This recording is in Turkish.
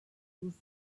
rusya